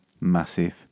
massive